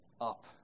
up